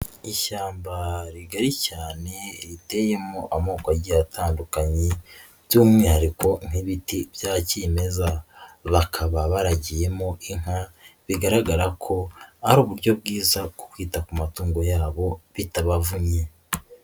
Ishyamba rigari cyane riteyemo amoko agiye atandukanye by'umwihariko nk'ibiti bya kimeza, bakaba baragiyemo inka bigaragara ko ari uburyo bwiza bwo kwita ku matungo yabo bitabavunnye.